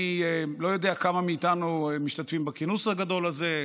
אני לא יודע כמה מאיתנו משתתפים בכינוס הגדול הזה,